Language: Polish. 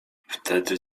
wtedy